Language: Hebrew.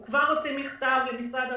הוא כבר הוציא מכתב למשרד האוצר,